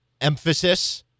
emphasis